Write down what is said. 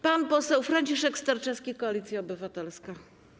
Pan poseł Franciszek Sterczewski, Koalicja Obywatelska.